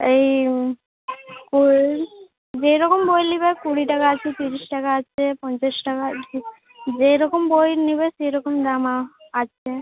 এই কুড়ি যেরকম বই নেবে কুড়ি টাকা আছে ত্রিশ টাকা আছে পঞ্চাশ টাকা যেরকম বই নেবে সেরকম দামে আছে